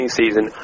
season